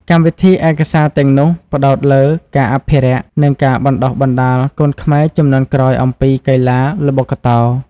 កម្មវិធីឯកសារទាំងនោះផ្តោតលើ ការអភិរក្ស និង ការបណ្តុះបណ្តាល កូនខ្មែរជំនាន់ក្រោយអំពីកីឡា ល្បុក្កតោ។